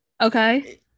Okay